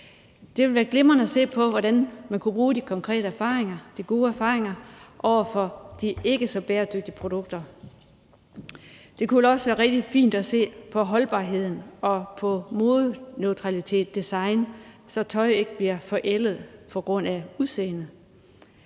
Det ville være glimrende at se på, hvordan man kunne overføre de gode erfaringer til de ikke så bæredygtige produkter. Det kunne også være rigtig fint at se på holdbarheden og på modeneutralt design, så tøj ikke bliver forældet på grund af udseendet.